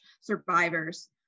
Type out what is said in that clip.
survivors